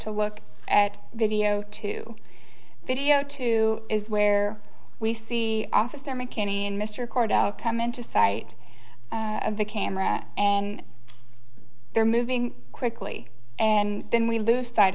to look at video to video two is where we see officer mckinney and mr korda come into sight of the camera and they're moving quickly and then we lose sight